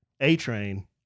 A-train